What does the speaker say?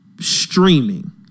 streaming